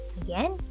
again